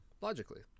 logically